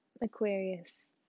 Aquarius